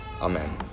Amen